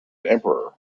emperors